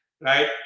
right